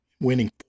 winning